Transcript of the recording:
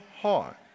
heart